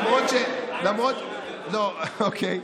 אוקיי,